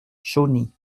chauny